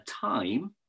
time